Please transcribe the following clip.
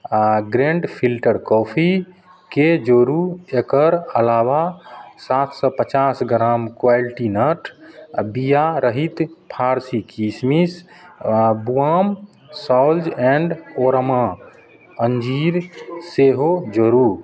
आओर ground filter कॉफीके जोड़ू एकर अलावा सात सओ पचास ग्राम क्वालिटी नट आओर बीआ रहित फारसी किशमिश आओर बुआम सॉल्ज एण्ड ओरमा अञ्जीर सेहो जोड़ू